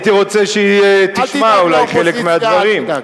הייתי רוצה שהיא תשמע אולי חלק מהדברים.